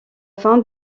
fin